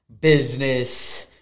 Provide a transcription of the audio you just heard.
business